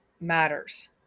matters